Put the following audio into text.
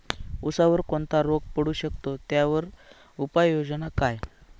ऊसावर कोणता रोग पडू शकतो, त्यावर उपाययोजना काय?